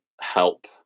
help